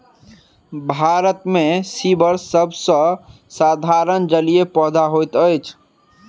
भारत मे सीवर सभ सॅ साधारण जलीय पौधा होइत अछि